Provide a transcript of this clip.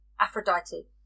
Aphrodite